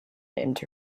into